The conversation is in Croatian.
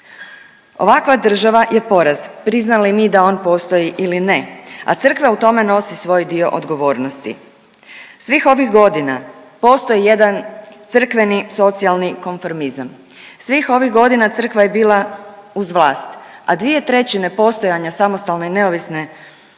Ovakva država je poraz, priznali mi da on postoji ili ne, a crkva u tome nosi svoj dio odgovornosti. Svih ovih godina postoji jedan crkveni socijalni konformizam, svih ovih godina crkva je bila uz vlast, a 2/3 postojanja samostalne i neovisne